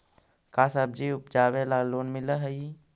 का सब्जी उपजाबेला लोन मिलै हई?